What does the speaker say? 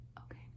Okay